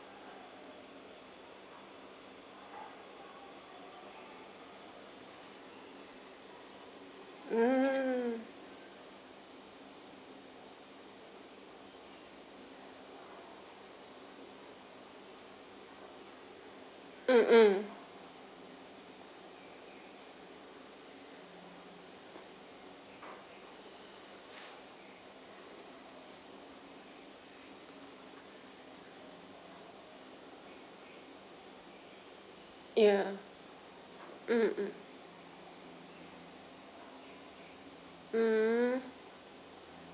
mm mm mm ya mm mm hmm